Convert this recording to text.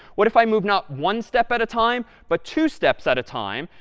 what if i move not one step at a time, but two steps at a time?